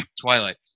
twilight